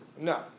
No